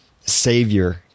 savior